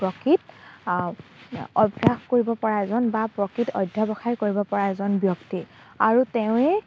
প্ৰকৃত অভ্যাস কৰিব পৰা এজন বা প্ৰকৃত অধ্যৱসায় কৰিব পৰা এজন ব্যক্তি আৰু তেওঁৱেই